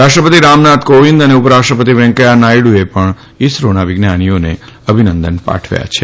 રાષ્ટ્રપતિ રામનાથ કોવિન્દ અને ઉપરાષ્ટ્રપતિ વેંકૈયાહ નાયડુએ પણ ઇસરોના વિજ્ઞાનીઓને અભિનંદન પાઠવ્યા હતા